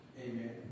Amen